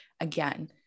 again